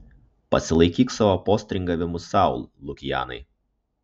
pasilaikyk savo postringavimus sau lukianai